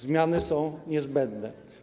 Zmiany są niezbędne.